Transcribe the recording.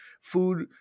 food